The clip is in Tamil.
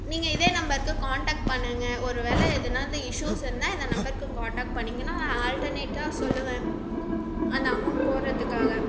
நீங்கள் இதே நம்பருக்கு கான்டாக்ட் பண்ணுங்க ஒரு வேளை எதனாவது இஸ்யூஸ் இருந்தால் இந்த நம்பருக்கு கான்டாக்ட் பண்ணீங்கன்னா ஆல்ட்டர்னேட்டாக சொல்லுவேன் அந்த அமௌன்ட் போடறதுக்காக